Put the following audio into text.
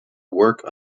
work